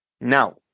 Now